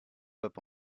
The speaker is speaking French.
hop